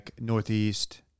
Northeast